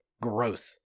Gross